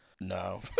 No